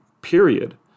period